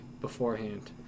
beforehand